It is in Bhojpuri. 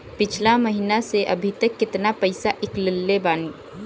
पिछला महीना से अभीतक केतना पैसा ईकलले बानी?